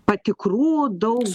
patikrų daug